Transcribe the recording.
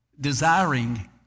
Desiring